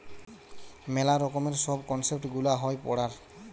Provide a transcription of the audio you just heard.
মেলা রকমের সব কনসেপ্ট গুলা হয় পড়ার